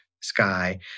sky